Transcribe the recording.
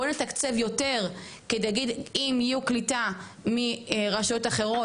בואו נתקצב יותר כדי שאם תהיה קליטה מרשויות אחרות,